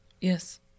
Yes